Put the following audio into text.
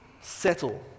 settle